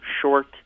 short